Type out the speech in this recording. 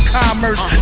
commerce